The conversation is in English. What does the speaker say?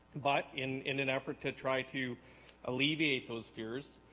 but in in an effort to try to alleviate those fears